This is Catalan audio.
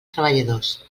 treballadors